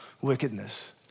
wickedness